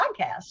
podcast